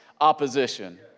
opposition